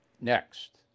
Next